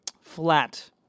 flat